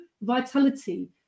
vitality